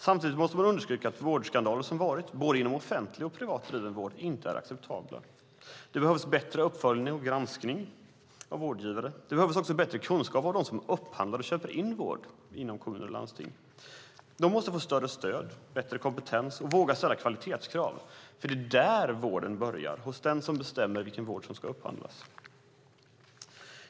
Samtidigt måste man understryka att de vårdskandaler som skett inom både offentligt och privat driven vård inte är acceptabla. Det behövs bättre uppföljning och granskning av vårdgivare. Det behövs också bättre kunskap hos dem som upphandlar och köper in vård inom kommuner och landsting. De måste få större stöd och bättre kompetens och våga ställa kvalitetskrav, för det är där vården börjar: hos den som bestämmer vilken vård som ska upphandlas.